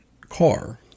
car